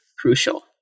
crucial